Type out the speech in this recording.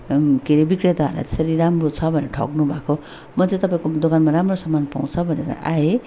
के अरे विक्रेताहरूलाई त्यसरी राम्रो छ भनेर ठग्नुभएको म त तपाईँको दोकानमा राम्रो सामान पाउँछ भनेर आएँ